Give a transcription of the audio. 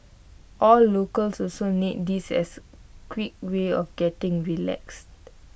all locals also need this as quick way of getting relaxed